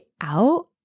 out